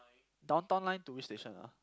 Downtown Line to which station ah